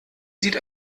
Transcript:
sieht